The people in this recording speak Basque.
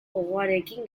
gogoarekin